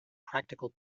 practical